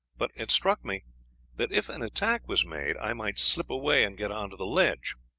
but it struck me that if an attack was made i might slip away and get on to the ledge.